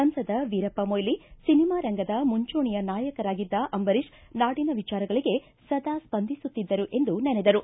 ಸಂಸದ ವೀರಪ್ಪ ಮೊಯಿಲಿ ಸಿನಿಮಾ ರಂಗದ ಮುಂಚೂಣಿಯ ನಾಯಕರಾಗಿದ್ದ ಅಂಬರೀಷ್ ನಾಡಿನ ವಿಚಾರಗಳಿಗೆ ಸದಾ ಸ್ವಂದಿಸುತ್ತಿದ್ದರು ಎಂದು ನೆನೆದರು